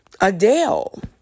Adele